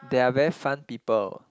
they are very fun people